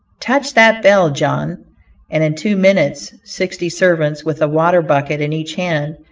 touch that bell, john and in two minutes sixty servants, with a water-bucket in each hand,